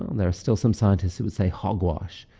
um there are still some scientists who would say, hogwash.